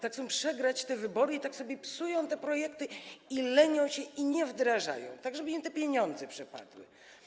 Tak chcą przegrać te wybory i tak sobie psują te projekty i lenią się i nie wdrażają, żeby im te pieniądze przepadły.